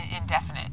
indefinite